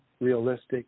realistic